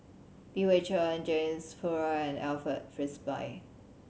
Li Hui Cheng James Puthucheary and Alfred Frisby